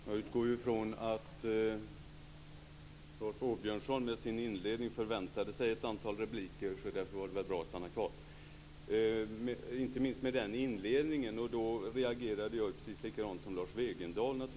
Fru talman! Jag utgår från att Rolf Åbjörnsson med tanke på sin inledning förväntade sig ett antal repliker. Jag reagerade precis likadant som Lars Wegendal.